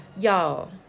y'all